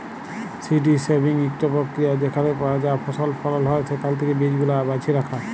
seed saving ইকট পক্রিয়া যেখালে যা ফসল ফলল হ্যয় সেখাল থ্যাকে বীজগুলা বাছে রাখা